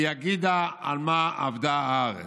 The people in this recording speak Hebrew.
ויגִּדה על מה אבדה הארץ,